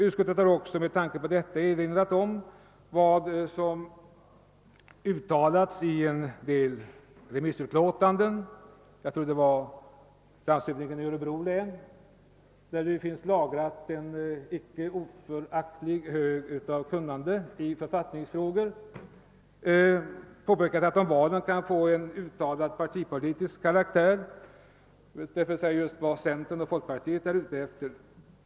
Utskottet har med tanke på detta erinrat om vad som har uttalats i ett remissutlåtande — jag tror det var av landshövdingen i Örebro län, som ju har lagrat en icke föraktlig fond av kunnande i författningsfrågor — att valen kan få utpräglat politisk karaktär, d.v.s. just vad centern och folkpartiet är ute efter.